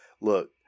Look